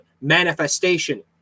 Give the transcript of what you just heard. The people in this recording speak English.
manifestation